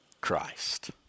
Christ